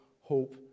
hope